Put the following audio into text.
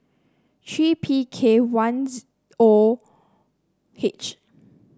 three P K one O H